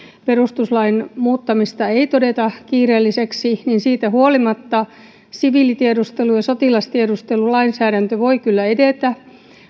perustuslain muuttamista ei ei todettaisi kiireelliseksi niin siitä huolimatta siviilitiedustelu ja sotilastiedustelulainsäädäntö voi kyllä edetä